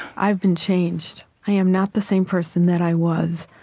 i've been changed. i am not the same person that i was.